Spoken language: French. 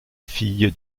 fille